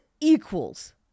equals